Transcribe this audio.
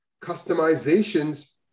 customizations